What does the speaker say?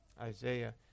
Isaiah